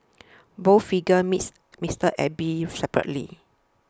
both figures meets Mister Abe separately